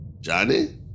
Johnny